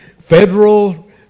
Federal